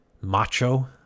macho